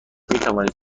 توانید